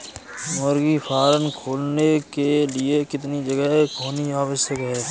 मुर्गी फार्म खोलने के लिए कितनी जगह होनी आवश्यक है?